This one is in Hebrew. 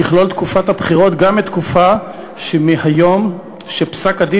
תכלול תקופת הבחירות גם את התקופה שמהיום שבו פסק-הדין